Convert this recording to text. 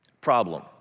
Problem